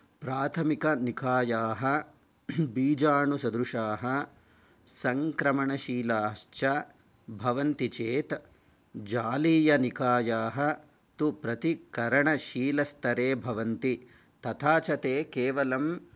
प्राथमिकानिकायाः बीजानुसदृशाः संक्रमणशीलाश्च भवन्ति चेत् जालीयनिकायाः तु प्रतिकरणशीलस्तरे भवन्ति तथा च ते केवलम्